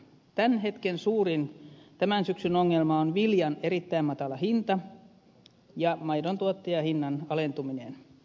tämän hetken ja syksyn suurin ongelma on viljan erittäin matala hinta ja maidon tuottajahinnan alentuminen